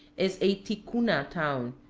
is a ticuna town,